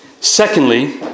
Secondly